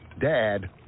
Dad